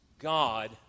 God